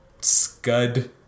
scud